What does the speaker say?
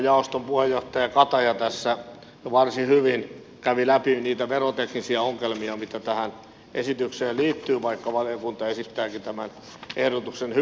jaoston puheenjohtaja kataja tässä varsin hyvin kävi läpi niitä veroteknisiä ongelmia mitä tähän esitykseen liittyy vaikka valiokunta esittääkin tämän ehdotuksen hyväksymistä